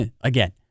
again